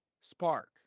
spark